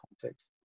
context